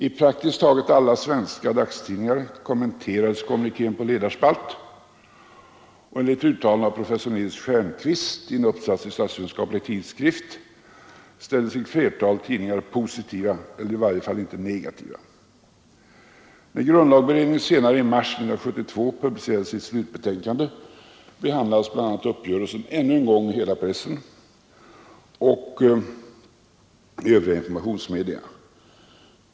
I praktiskt taget alla svenska dagstidningar kommenterades kommunikén på ledarspalt, och enligt ett uttalande av professor Nils Stjernquist i en uppsats i Statsvetenskaplig tidskrift ställde sig flertalet tidningar positiva eller i varje fall inte negativa. När grundlagberedningen senare i mars 1972 publicerade sitt slutbetänkande behandlades bl.a. Torekovuppgörelsen än en gång i hela pressen och i övriga informationsmedia.